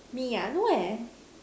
me ah no eh